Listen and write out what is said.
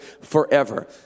forever